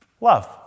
love